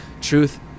truth